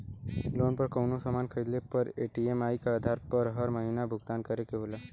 loan पर कउनो सामान खरीदले पर ई.एम.आई क आधार पर हर महीना भुगतान करे के होला